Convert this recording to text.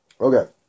Okay